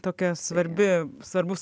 tokia svarbi svarbus